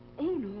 oh, no,